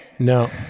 No